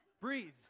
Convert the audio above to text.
Breathe